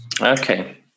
Okay